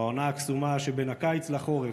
בעונה הקסומה שבין הקיץ לחורף,